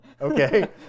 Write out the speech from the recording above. Okay